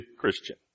Christian